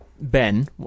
Ben